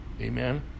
Amen